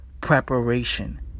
preparation